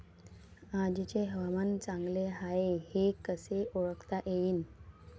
आजचे हवामान चांगले हाये हे कसे ओळखता येईन?